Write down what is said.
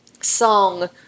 song